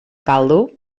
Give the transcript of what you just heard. caldo